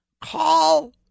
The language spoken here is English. Call